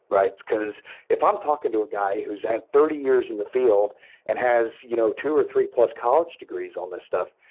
because if i'm talking to a guy who's had thirty years in the field and has you know two or three plus college degrees on the stuff,